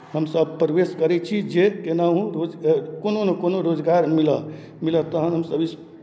हमसभ प्रवेश करै छी जे केनाहु रोज कोनो नहि कोनो रोजगार मिलय मिलय तहन हमसभ इस